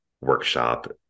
workshop